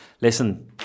listen